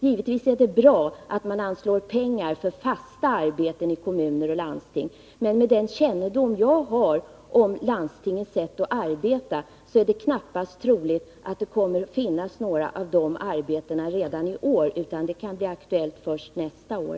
Givetvis är det bra att man anslår pengar för fasta arbeten i kommuner och landsting, men med åen kännedom jag har om landstingens sätt att arbeta är det knappast troligt att några av dessa arbeten kommer att finnas redan i år, utan det kanske blir aktuellt först nästa år.